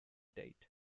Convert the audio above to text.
date